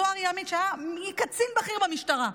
אותו אריה עמית שהיה קצין בכיר במשטרה,